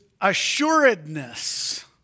assuredness